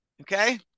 okay